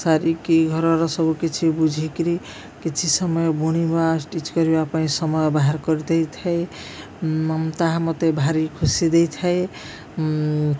ସାରିକି ଘରର ସବୁ କିଛି ବୁଝିକିରି କିଛି ସମୟ ବୁଣିବା ଷ୍ଟିଚ୍ କରିବା ପାଇଁ ସମୟ ବାହାର କରିଦେଇଥାଏ ତାହା ମୋତେ ଭାରି ଖୁସି ଦେଇଥାଏ